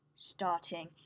Starting